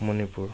Manipur